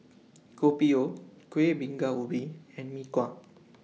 Kopi O Kueh Bingka Ubi and Mee Kuah